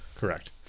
Correct